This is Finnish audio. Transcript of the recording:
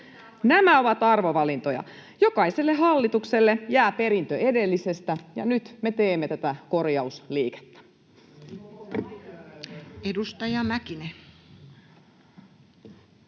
nämä ovat arvovalintoja. Jokaiselle hallitukselle jää perintö edellisestä, ja nyt me teemme tätä korjausliikettä. [Speech